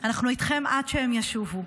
אנחנו איתכם עד שהם ישובו.